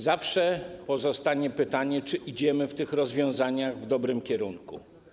Zawsze pozostanie pytanie, czy idziemy w tych rozwiązaniach w dobrym kierunku.